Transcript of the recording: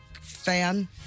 fan